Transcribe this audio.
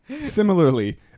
Similarly